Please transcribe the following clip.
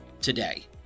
today